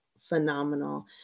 phenomenal